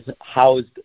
housed